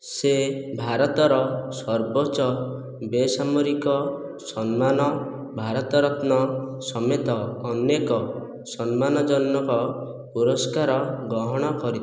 ସେ ଭାରତର ସର୍ବୋଚ୍ଚ ବେସାମରିକ ସମ୍ମାନ ଭାରତ ରତ୍ନ ସମେତ ଅନେକ ସମ୍ମାନଜନକ ପୁରସ୍କାର ଗ୍ରହଣ କରିଥିଲେ